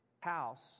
house